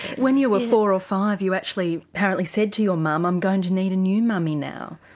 when you were four or five you actually apparently said to your mum i'm going to need a new mummy now.